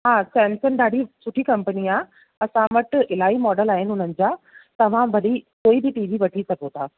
हा सैमसंग ॾाढी सुठी कंपनी आहे असां वटि इलाही मॉडल आहिनि उन्हनि जा तव्हां वरी कोई बि टी वी वठी सघो था